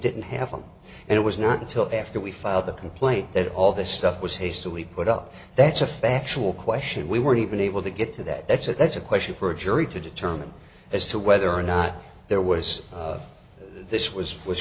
didn't have them and it was not until after we filed the complaint that all this stuff was hastily put up that's a factual question we weren't even able to get to that that's a that's a question for a jury to determine as to whether or not there was this was was